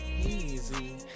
Easy